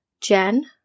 jen